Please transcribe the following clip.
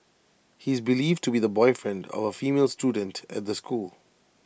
he is believed to be the boyfriend of A female student at the school